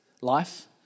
life